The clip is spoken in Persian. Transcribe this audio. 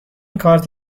کارت